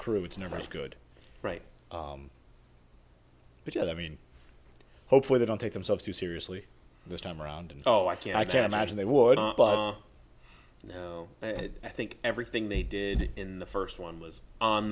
crew it's never as good right but you know i mean hopefully they don't take themselves too seriously this time around oh i can't i can't imagine they would you know i think everything they did in the first one was on